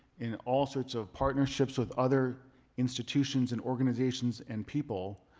in all sorts of partnerships with other institutions and organizations and people,